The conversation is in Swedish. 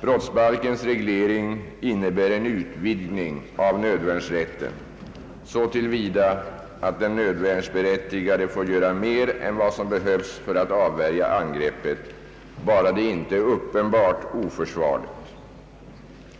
Brottsbalkens reglering innebär en utvidgning av nödvärnsrätten så till vida att den nödvärnsberättigade får göra mer än som behövs för att avvärja angreppet, bara det inte är uppenbart oförsvarligt.